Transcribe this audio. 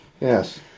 Yes